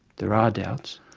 there are doubts,